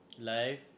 life